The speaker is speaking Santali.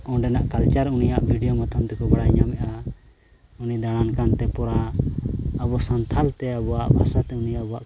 ᱚᱸᱰᱮᱱᱟᱜ ᱩᱱᱤᱭᱟᱜ ᱢᱟᱫᱽᱫᱷᱚᱢ ᱛᱮᱠᱚ ᱵᱟᱲᱟᱭ ᱧᱟᱢᱮᱫᱼᱟ ᱩᱱᱤ ᱫᱟᱬᱟᱱ ᱠᱟᱱᱛᱮ ᱯᱩᱨᱟᱹ ᱟᱵᱚ ᱥᱟᱱᱛᱟᱲᱛᱮ ᱟᱵᱚᱣᱟᱜ ᱵᱷᱟᱥᱟᱛᱮ ᱩᱱᱤ ᱟᱵᱚᱣᱟᱜ